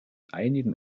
einigen